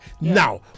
Now